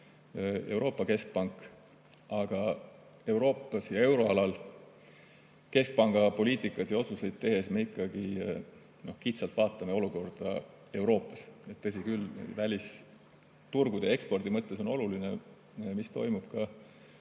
Euroopa Keskpank. Aga Euroopas ja euroalal keskpanga poliitikat ja otsuseid tehes me ikkagi kitsalt vaatame olukorda Euroopas. Tõsi küll, välisturgude ja ekspordi mõttes on oluline, mis toimub ka